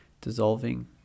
dissolving